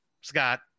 Scott